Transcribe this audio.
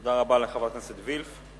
תודה רבה לחברת הכנסת וילף.